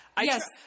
Yes